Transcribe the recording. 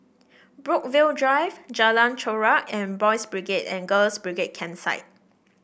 Brookvale Drive Jalan Chorak and Boys' Brigade and Girls' Brigade Campsite